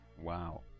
Wow